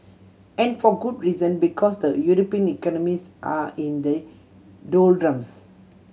and for good reason because the European economies are in the doldrums